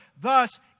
Thus